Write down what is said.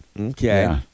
Okay